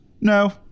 No